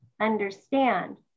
understand